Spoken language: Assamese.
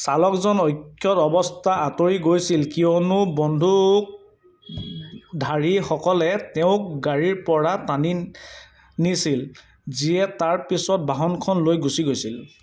চালকজন অক্ষত অৱস্থাত আঁতৰি গৈছিল কিয়নো বন্দুক ধাৰীসকলে তেওঁক গাড়ীৰ পৰা টানি নিছিল যিয়ে তাৰ পিছত বাহনখন লৈ গুচি গৈছিল